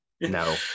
No